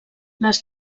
les